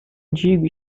digo